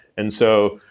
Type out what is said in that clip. and so,